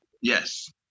Yes